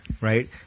right